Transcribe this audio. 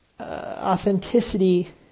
authenticity